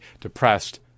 depressed